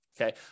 Okay